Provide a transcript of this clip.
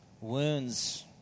wounds